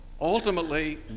Ultimately